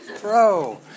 bro